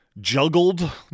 juggled